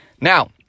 Now